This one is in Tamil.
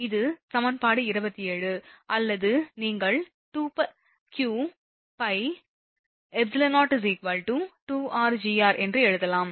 இது சமன்பாடு 27 அல்லது நீங்கள் qπεo 2rGr என்று எழுதலாம்